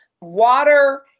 water